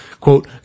Quote